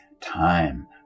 time